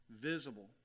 visible